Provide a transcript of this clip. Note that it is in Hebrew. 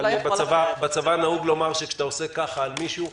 בצבא נהוג לומר שכשאתה מסמן באצבעותיך תנועת אקדח כלפי מישהו,